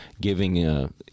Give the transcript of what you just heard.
giving